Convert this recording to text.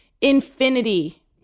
Infinity